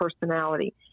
personality